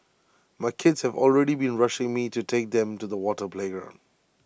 my kids have already been rushing me to take them to the water playground